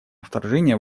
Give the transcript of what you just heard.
вторжения